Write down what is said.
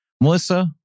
Melissa